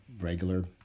regular